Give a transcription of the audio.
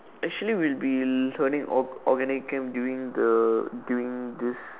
actually we'll be studying organic Chem during the during this